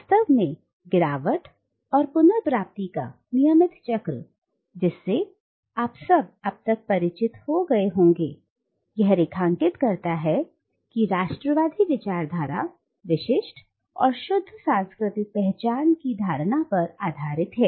वास्तव में गिरावट और पुनर्प्राप्ति का नियमित चक्र जिससे आप सब अब तक परिचित हो गए होंगे जो रेखांकित करता है कि राष्ट्रवादी विचारधारा विशिष्ट और शुद्ध सांस्कृतिक पहचान की धारणा पर आधारित है